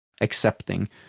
accepting